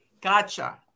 Gotcha